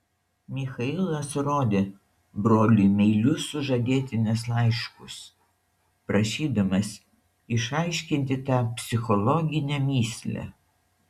michailas rodė broliui meilius sužadėtinės laiškus prašydamas išaiškinti tą psichologinę mįslę